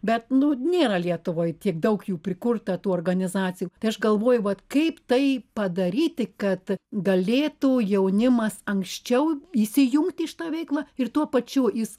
bet nu nėra lietuvoj tiek daug jų prikurta tų organizacijų tai aš galvoju vat kaip tai padaryti kad galėtų jaunimas anksčiau įsijungti į šitą veiklą ir tuo pačiu is